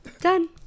done